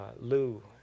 Lou